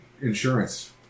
insurance